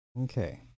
Okay